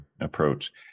approach